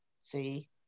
see